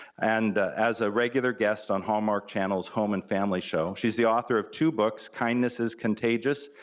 and as a regular guest on hallmark channel's home and family show. she's the author of two books, kindness is contagious,